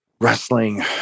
wrestling